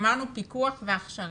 אמרנו, פיקוח והכשרה.